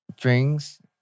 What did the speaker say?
Drinks